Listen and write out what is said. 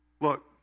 Look